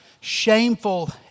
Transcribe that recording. shameful